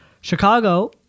Chicago